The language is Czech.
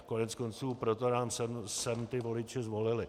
Koneckonců proto nás sem ti voliči zvolili.